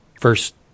first